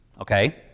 okay